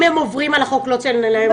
אם הם עוברים על החוק, לא צריך לקיים מרדף?